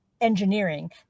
engineering